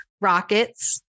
Rockets